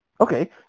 okay